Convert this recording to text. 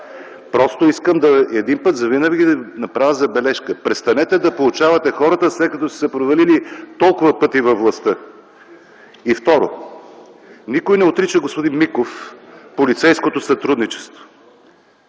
Михаил Миков.) Един път завинаги искам да направя забележка. Престанете да поучавате хората, след като сте се провалили толкова пъти във властта. Второ, никой не отрича, господин Миков, полицейското сътрудничество,